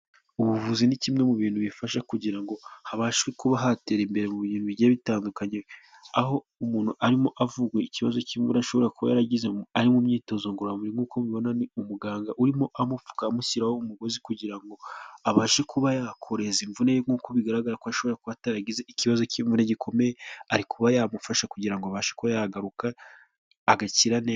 Ubuvuzi ni kimwe mu bintu bifasha kugira ngo habashe kuba hatera imbere mu bintu bigiye bitandukanye. Aho umuntu arimo avurwa ikibazo cy'imvune ashobora kuba yaragize ari mu myitozo ngororamubiri. Nk'uko mubibona ni umuganga urimo amupfuka amushyiraho umugozi kugira ngo abashe kuba yakorohereza imvune ye nk'uko bigaragara ko ashobora kuba ataragize ikibazo cy'imvune gikomeye. Ari kuba yamufasha kugira ngo abashe kuba yagaruka agakira ne...